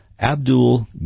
Abdul